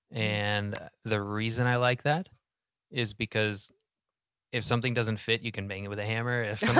and the reason i like that is because if something doesn't fit you can bang it with a hammer. if